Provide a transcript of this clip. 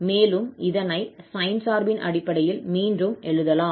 மேலும் இதனை சைன் சார்பின் அடிப்படையில் மீண்டும் எழுதலாம்